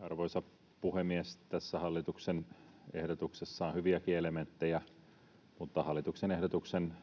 Arvoisa puhemies! Tässä hallituksen ehdotuksessa on hyviäkin elementtejä, mutta hallituksen ehdotuksen